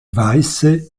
weiße